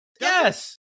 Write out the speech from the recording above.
yes